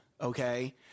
okay